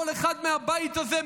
כל אחד מהבית הזה,